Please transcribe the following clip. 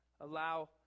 allow